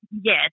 yes